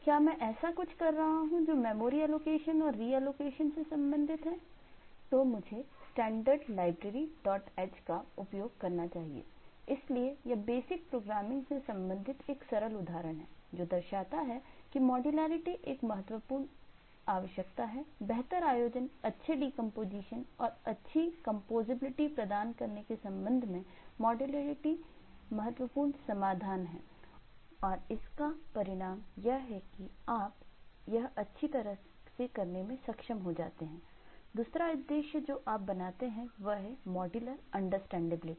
क्या मैं ऐसा कुछ कर रहा हूं जो मेमोरी एलोकेशन और रियलाइजेशन से संबंधित है तो मुझे स्टैंडर्डलिब